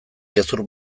gezur